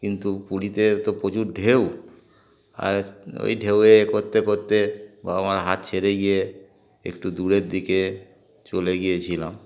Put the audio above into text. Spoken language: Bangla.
কিন্তু পুরীতে তো প্রচুর ঢেউ আর ওই ঢেউয়ে করতে করতে বাবা মার হাত ছেড়ে গিয়ে একটু দূরের দিকে চলে গিয়েছিলাম